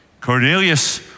Cornelius